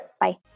Bye